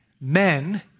Men